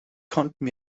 konnten